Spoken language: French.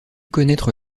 connaître